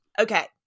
Okay